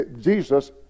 Jesus